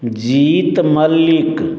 जीत मल्लिक